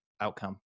outcome